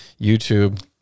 youtube